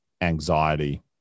anxiety